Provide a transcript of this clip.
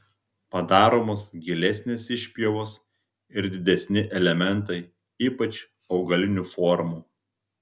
padaromos gilesnės išpjovos ir didesni elementai ypač augalinių formų